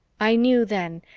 i knew then,